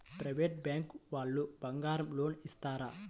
Private bank వాళ్ళు బంగారం loan ఇస్తారా?